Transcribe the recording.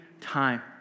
time